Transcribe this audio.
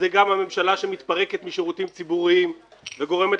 זאת גם הממשלה שמתפרקת משירותים ציבוריים וגורמת